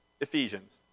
Ephesians